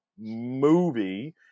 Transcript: movie